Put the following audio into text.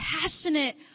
passionate